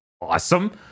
awesome